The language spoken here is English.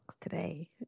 today